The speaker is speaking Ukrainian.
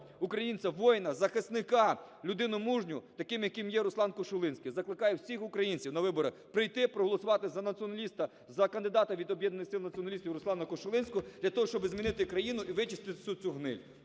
українця, воїна-захисника, людину мужню. Таким, яким є Руслан Кошулинський. Закликаю всіх українців на вибори прийти, проголосувати за націоналіста, за кандидата від об'єднаних сил націоналістів Руслана Кошулинського для того, щоб змінити країну і вичистити всю цю гниль.